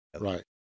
Right